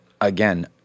again